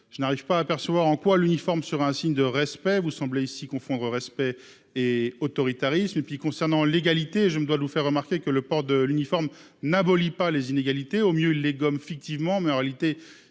je n'arrive pas à percevoir en quoi l'uniforme serait un signe de respect : vous semblez confondre respect et autoritarisme. Concernant l'égalité, je me dois de vous faire remarquer que le port de l'uniforme n'abolit pas les inégalités. Au mieux, il les gomme fictivement ; en réalité,